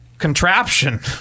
Contraption